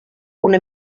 una